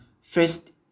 first